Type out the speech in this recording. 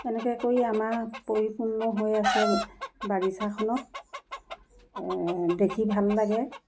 এনেকৈ কৰি আমাৰ পৰিপূৰ্ণ হৈ আছে বাগিচাখনত দেখি ভাল লাগে